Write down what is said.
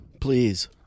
Please